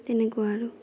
তেনেকুৱা আৰু